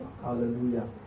Hallelujah